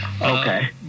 Okay